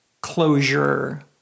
closure